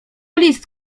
list